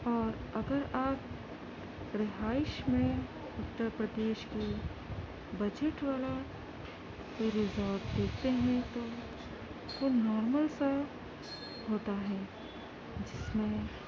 اور اگر آپ رہائش میں اتر پردیش کے بجٹ والا ریزورٹس دیکھتے ہیں تو تو نارمل سا ہوتا ہے جس میں